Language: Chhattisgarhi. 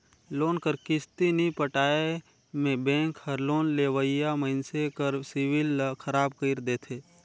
लोन कर किस्ती नी पटाए में बेंक हर लोन लेवइया मइनसे कर सिविल ल खराब कइर देथे